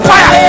Fire